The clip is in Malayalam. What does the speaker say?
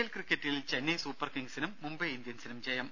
എൽ ക്രിക്കറ്റിൽ ചെന്നൈ സൂപ്പർ കിംഗ്സിനും മുംബൈ ഇന്ത്യൻസിനും ജയം